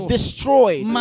destroyed